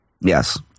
Yes